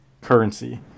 currency